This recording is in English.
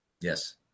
Yes